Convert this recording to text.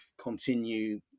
continue